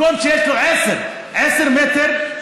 מקום שיש לו עסק של עשרה מטר,